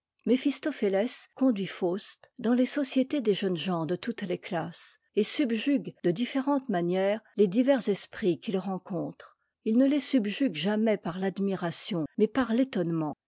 méphistophétès conduit faust dans les sociétés des jeunes gens de toutes les classes et subjugue de différentes manières les divers esprits qu'if rencontre h ne les subjugue jamais par l'admiration mais par l'étonnement